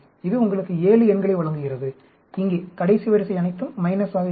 இது உங்களுக்கு 7 எண்களை வழங்குகிறது இங்கே கடைசி வரிசை அனைத்தும் மைனஸ் ஆக இருக்கும்